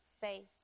Faith